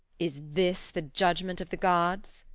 is this the judgment of the gods?